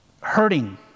hurting